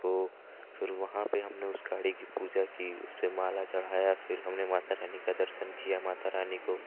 उसको फिर वहाँ पे हमने उस गाड़ी की पूजा की उसपे माला चढ़ाया फिर हमने माता रानी का दर्शन किया माता रानी को